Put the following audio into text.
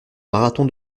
marathon